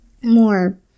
More